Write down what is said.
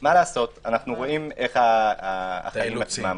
אנחנו רואים איך הדברים עובדים.